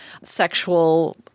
sexual